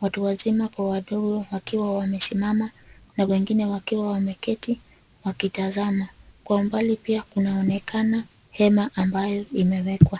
watu wazima kwa wadogo wakiwa wamesimama na wengine wakiwa wameketi wakitazama. Kwa umbali pia kunaonekana hema ambayo imewekwa.